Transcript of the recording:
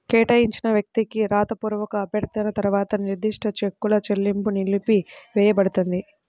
కేటాయించిన వ్యక్తికి రాతపూర్వక అభ్యర్థన తర్వాత నిర్దిష్ట చెక్కుల చెల్లింపు నిలిపివేయపడుతుంది